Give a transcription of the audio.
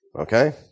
Okay